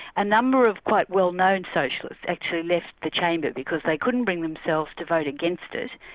a number of quite well-known socialists actually left the chamber because they couldn't bring themselves to vote against it,